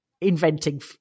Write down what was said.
inventing